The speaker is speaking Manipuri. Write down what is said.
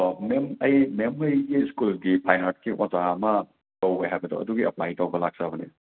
ꯃꯦꯝ ꯑꯩ ꯃꯦꯝꯈꯣꯏꯒꯤ ꯁ꯭ꯀꯨꯜꯒꯤ ꯐꯥꯏꯟ ꯑꯥꯔ꯭ꯇꯀꯤ ꯑꯣꯖꯥ ꯑꯃ ꯀꯧꯏ ꯍꯥꯏꯕꯗꯣ ꯑꯗꯨꯒꯤ ꯑꯦꯄ꯭ꯂꯥꯏ ꯇꯧꯕ ꯂꯥꯛꯆꯕꯅꯦ